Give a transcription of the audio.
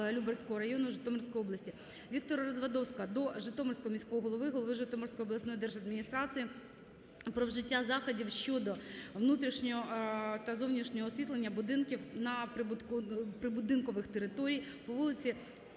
Любарського району, Житомирської області. Віктора Развадовського до Житомирського міського голови, голови Житомирської обласної держадміністрації про вжиття заходів щодо внутрішнього та зовнішнього освітлення будинків та прибудинкових територій по вулиці